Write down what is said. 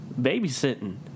babysitting